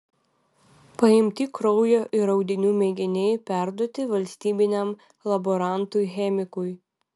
paimti kraujo ir audinių mėginiai perduoti valstybiniam laborantui chemikui